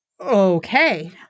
Okay